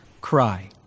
cry